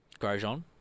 Grosjean